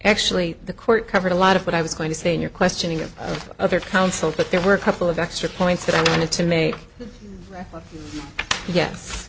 actually the court covered a lot of what i was going to say in your questioning of their counsel but there were a couple of extra points that i wanted to make